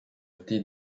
été